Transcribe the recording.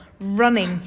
running